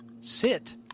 sit